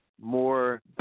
more